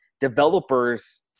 developers